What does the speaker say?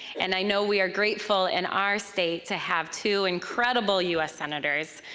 and i know we are grateful in our state to have two incredible us senators,